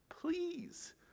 Please